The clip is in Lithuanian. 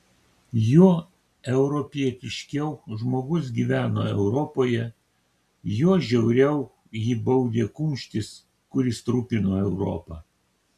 juo europietiškiau žmogus gyveno europoje juo žiauriau jį baudė kumštis kuris trupino europą